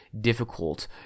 difficult